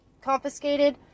confiscated